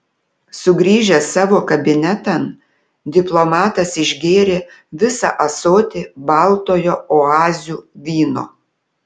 sugrįžęs savo kabinetan diplomatas išgėrė visą ąsotį baltojo oazių vyno